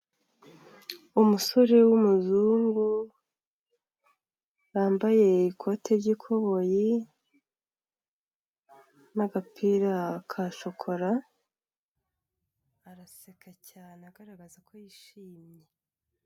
Umusore w'umuzungu, wambaye ikote ry'ikoboyi n'agapira ka shokora, araseka cyane agaragaza ko yishimye.